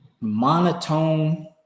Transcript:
monotone